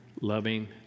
loving